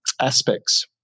aspects